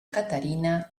caterina